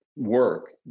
work